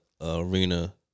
arena